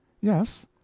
yes